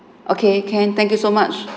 okay can thank you so much